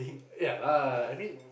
ya lah I mean